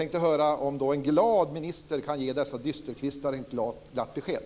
Kan en glad minister ge dessa dysterkvistar ett glatt besked?